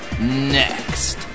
next